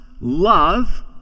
love